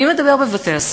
מי מדבר בבתי-הספר?